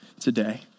today